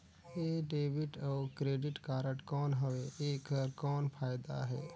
ये डेबिट अउ credit card कौन हवे एकर कौन फाइदा हे?